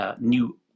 New